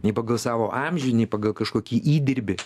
nei pagal savo amžių nei pagal kažkokį įdirbį